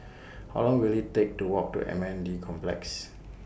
How Long Will IT Take to Walk to M N D Complex